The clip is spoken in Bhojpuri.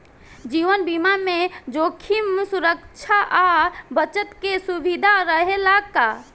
जीवन बीमा में जोखिम सुरक्षा आ बचत के सुविधा रहेला का?